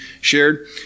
shared